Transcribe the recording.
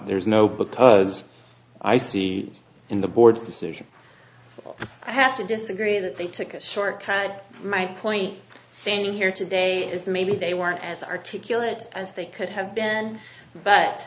there is no because i see in the board's decision i have to disagree that they took a short cut my point standing here today is that maybe they weren't as articulate as they could have been but